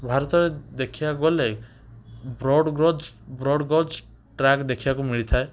ଭାରତରେ ଦେଖିବାକୁ ଗଲେ broad gauge broad gauge track ଦେଖିବାକୁ ମିଳିଥାଏ